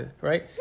Right